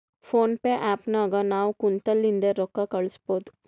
phone pay app ನಾಗ್ ನಾವ್ ಕುಂತಲ್ಲಿಂದೆ ರೊಕ್ಕಾ ಕಳುಸ್ಬೋದು